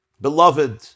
beloved